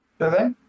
okay